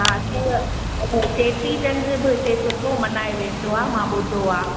हा त इन चेट्र्री चंड्र बि इते सुठो मल्हायो वेंदो आहे मां ॿुधो आहे